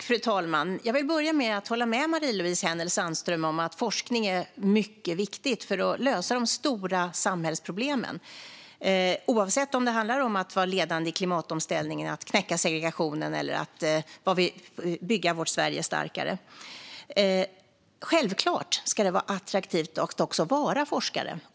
Fru talman! Jag vill börja med att hålla med Marie-Louise Hänel Sandström om att forskning är mycket viktigt för att lösa de stora samhällsproblemen, oavsett om det handlar om att vara ledande i klimatomställningen, att knäcka segregationen eller att bygga vårt Sverige starkare. Självklart ska det vara attraktivt att också vara forskare.